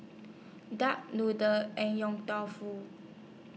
Duck Noodle and Yong Tau Foo